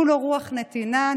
כולו רוח נתינה.